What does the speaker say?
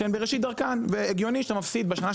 שהן בראשית דרכן והגיוני שאתה מפסיד בשנה,